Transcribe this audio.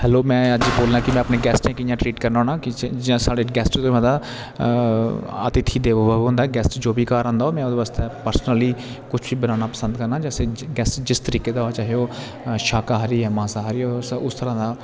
hello में अज्ज बोलां कि में अपने गैस्टें गी कि'यां ट्रीट करना होन्ना कि जियां साढ़े गैस्ट मतलब अतिथि देवो भव होंदा गैस्ट जो बी घर औंदा में ओह्दे बास्तै प्रसनली कुछ बनाना पसंद करना जैसे गैस्ट जिस तरीके दा होऐ चाहे् ओह् शाकाहारी जां मांसहारी होऐ उस तरह् दा